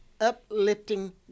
uplifting